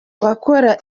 bakora